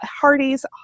Hardy's